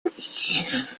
ждать